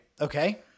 Okay